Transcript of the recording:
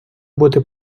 бути